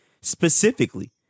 specifically